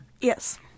Yes